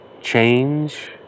change